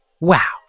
Wow